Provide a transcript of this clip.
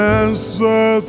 answer